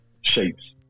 shapes